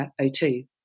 O2